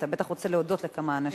אתה בטח רוצה להודות לכמה אנשים.